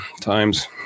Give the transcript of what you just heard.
Times